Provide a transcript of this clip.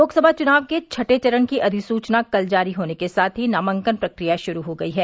लोकसभा चुनाव के छठे चरण की अधिसुचना कल जारी होने के साथ ही नामांकन प्रक्रिया श्रू हो गई है